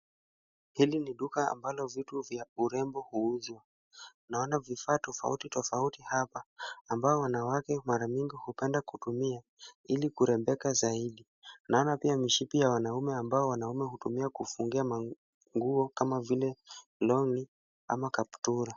Hili ni duka ambalo vitu vya urembo huuzwa. Naona vifaa tofauti tofauti hapa ambao wanawake mara nyingi hupenda kutumia ili kurembeka zaidi. Naona pia mishipi ambayo wanaume hutumia kufungia manguo kama vile long'i ama kaptura.